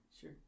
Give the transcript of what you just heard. Sure